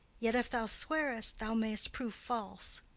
yet, if thou swear'st, thou mayst prove false.